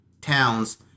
towns